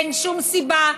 אין שום סיבה,